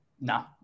No